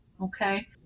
okay